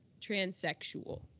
transsexual